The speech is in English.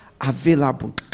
Available